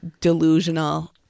delusional